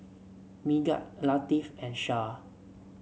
Megat Latif and Shah